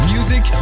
Music